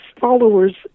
followers